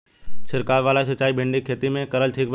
छीरकाव वाला सिचाई भिंडी के खेती मे करल ठीक बा?